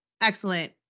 excellent